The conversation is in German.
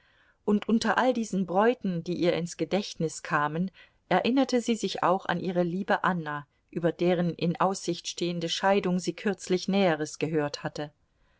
und unter all diesen bräuten die ihr ins gedächtnis kamen erinnerte sie sich auch an ihre liebe anna über deren in aussicht stehende scheidung sie kürzlich näheres gehört hatte